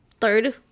third